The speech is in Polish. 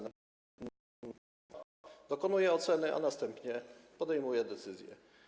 No on dokonuje oceny, a następnie podejmuje decyzję.